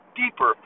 deeper